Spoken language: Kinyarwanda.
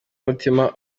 umutima